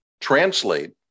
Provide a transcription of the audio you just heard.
translate